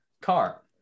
car